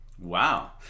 Wow